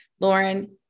Lauren